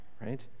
right